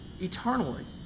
eternally